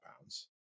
pounds